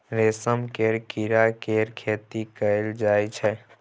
रेशम केर कीड़ा केर खेती कएल जाई छै